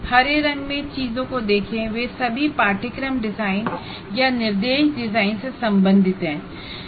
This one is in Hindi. हरे रंग में चीजों को देखें वे सभी कोर्स डिजाइन या इंस्ट्रक्शन डिजाइन से संबंधित हैं